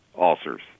ulcers